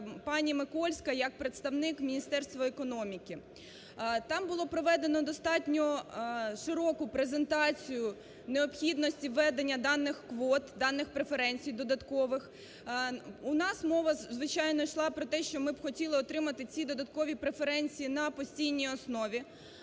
пані Микольська як представник Міністерства економіки. Там було проведено достатньо широку презентацію необхідності введення даних квот, даний преференцій додаткових. У нас мова, звичайно, йшла, що ми б хотіли отримати ці додаткові преференції на постійній основі.